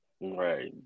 right